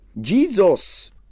Jesus